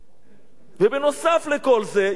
ונוסף על כל זה, יהודים מורחקים.